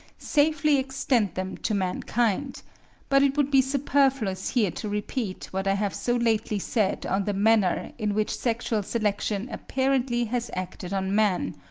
safely extend them to mankind but it would be superfluous here to repeat what i have so lately said on the manner in which sexual selection apparently has acted on man,